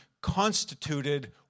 constituted